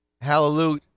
Hallelujah